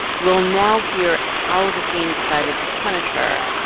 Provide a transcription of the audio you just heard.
we'll now hear how the scene decided to punish her.